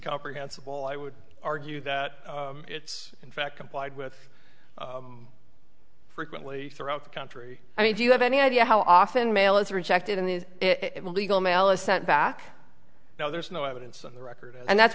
incomprehensible i would argue that it's in fact complied with frequently throughout the country i mean do you have any idea how often mail is rejected in the is it legal mail is sent back now there's no evidence on the record and that's